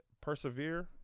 persevere